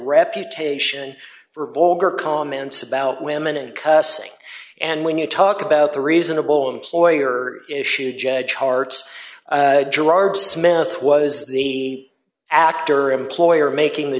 reputation for vulgar comments about women and cussing and when you talk about the reasonable employer issue judge hearts gerard smith was the actor employer making the